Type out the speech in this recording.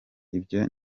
ibyo